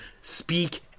Speak